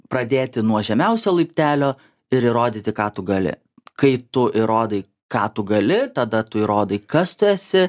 pradėti nuo žemiausio laiptelio ir įrodyti ką tu gali kai tu įrodai ką tu gali tada tu įrodai kas tu esi